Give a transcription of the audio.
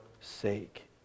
sake